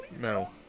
no